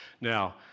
Now